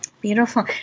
Beautiful